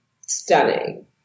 stunning